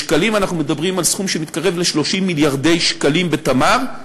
בשקלים אנחנו מדברים על סכום שמתקרב ל-30 מיליארדי שקלים ב"תמר";